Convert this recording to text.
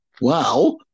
Wow